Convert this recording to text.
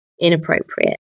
inappropriate